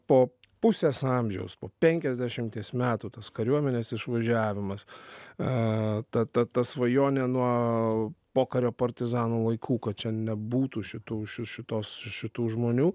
po pusės amžiaus po penkiasdešimties metų tas kariuomenės išvažiavimas a ta ta ta svajonė nuo pokario partizanų laikų kad čia nebūtų šitų ši šitos šitų žmonių